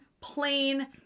plain